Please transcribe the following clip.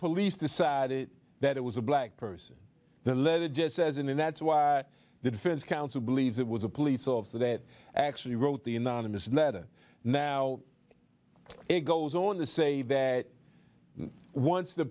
police decided that it was a black person the letter just says and that's why the defense counsel believes it was a police officer that actually wrote the unanimous letter now it goes on to say that once the